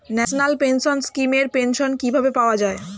National pension scheme এর pension কিভাবে পাওয়া যায়?